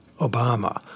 Obama